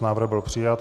Návrh byl přijat.